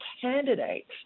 candidates